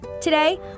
Today